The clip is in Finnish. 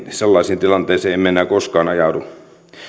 sellaisiin tilanteisiin emme enää koskaan ajaudu